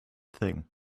thing